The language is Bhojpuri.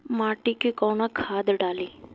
माटी में कोउन खाद डाली?